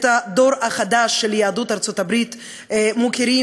את הדור החדש של יהדות ארצות-הברית מוקירים